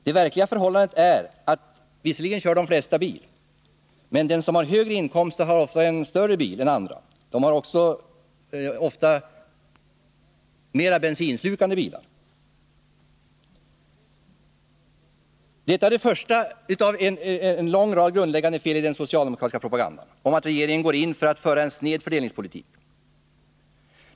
Det verkliga förhållandet är ju, att visserligen kör de flesta bil, men de som har högre inkomster har oftare större och mera bensinslukande bilar än andra. Detta är det första av en lång rad grundläggande fel i den socialdemokratiska propagandan om att regeringen går in för att föra en sned fördelningspolitik.